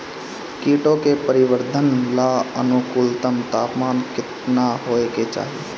कीटो के परिवरर्धन ला अनुकूलतम तापमान केतना होए के चाही?